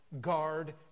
guard